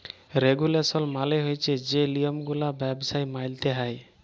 regulation মালে হছে যে লিয়মগুলা ব্যবছায় মাইলতে হ্যয়